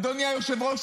אדוני היושב-ראש,